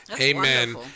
Amen